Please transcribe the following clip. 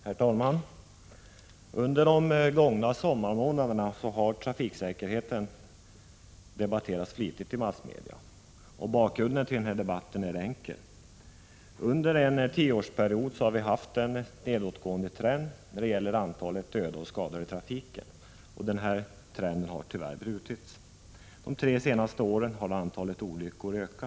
Herr talman! Under de gångna sommarmånaderna har trafiksäkerheten debatterats flitigt i massmedia. Bakgrunden till den debatten är enkel. Under en tioårsperiod har vi haft en nedåtgående trend när det gäller antalet dödade och skadade i trafiken. Den trenden har tyvärr brutits. De tre senaste åren har antalet olyckor ökat.